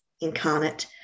incarnate